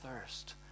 thirst